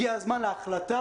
הגיע הזמן להחלטה,